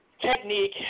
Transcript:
technique